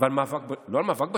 ועל מאבק, לא על מאבק בשחיתות,